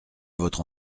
votre